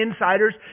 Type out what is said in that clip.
insiders